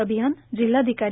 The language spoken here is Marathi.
अभियान जिल्हाधिकारी